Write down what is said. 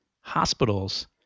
hospitals